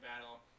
battle